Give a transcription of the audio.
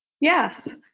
Yes